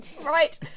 Right